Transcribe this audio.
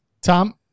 Tom